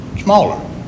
smaller